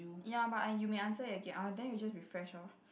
ya but I you may answer again then you just refresh lor